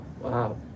Wow